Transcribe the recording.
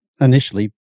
initially